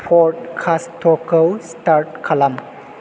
पडकास्टखौ start खालाम